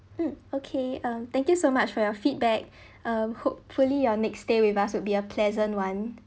mm okay um thank you so much for your feedback uh hopefully your next stay with us would be a pleasant one